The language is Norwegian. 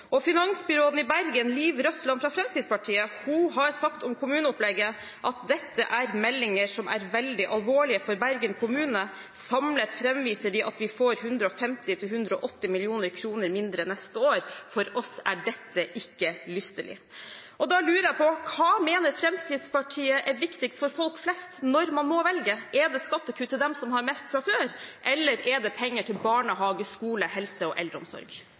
år. Finansbyråden i Bergen, Liv Røssland fra Fremskrittspartiet, har sagt om kommuneopplegget at dette er meldinger som er veldig alvorlige for Bergen kommune. Samlet framviser hun at de får 150–180 mill. kr mindre neste år. For dem er dette ikke lystelig. Da lurer jeg på: Hva mener Fremskrittspartiet er viktigst for folk flest når man må velge – er det skattekutt til dem som har mest fra før, eller er det penger til barnehage, skole, helse og eldreomsorg?